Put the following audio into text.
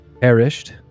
perished